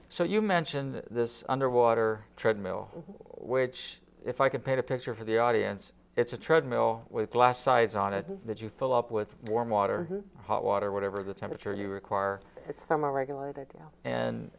so you mentioned this underwater treadmill which if i could paint a picture for the audience it's a treadmill with glass sides on it that you fill up with warm water hot water whatever the temperature you require is from a regulate